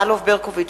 יוליה שמאלוב-ברקוביץ,